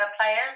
players